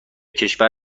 کشور